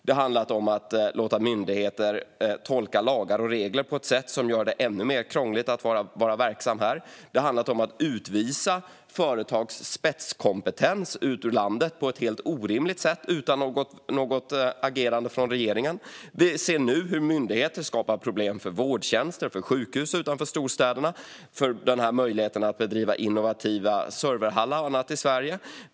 Det har handlat om att låta myndigheter tolka lagar och regler på ett sätt som gör det ännu krångligare att vara verksam här, och det har handlat om att utvisa företags spetskompetens på ett helt orimligt sätt utan något agerande från regeringen. Vi ser nu hur myndigheter skapar problem för vårdtjänster, för sjukhus utanför storstäderna och för möjligheterna att driva innovativa serverhallar i Sverige.